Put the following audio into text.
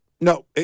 no